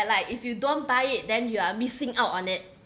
and like if you don't buy it then you are missing out on it